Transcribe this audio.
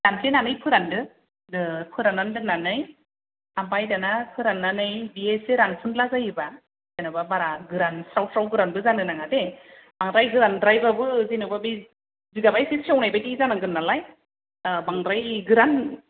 दानफ्लेनानै फोरानदो फोराननानै दोननानै आमफाय दाना फोराननानै बियो एसे रानफुनला जायोबा जेनबा बारा गोरान स्राव स्राव गोरानबो जानो नांङा दे बांद्राय गोरानद्राय बाबो जेनबा बे जिगाबा एसे सेवनायबादि जानांगोन नालाय बांद्राय गोरान